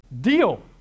deal